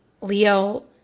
Leo